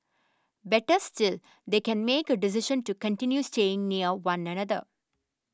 better still they can make a decision to continue staying near one another